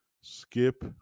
skip